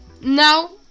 now